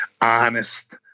honest